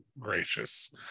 gracious